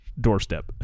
doorstep